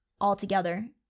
altogether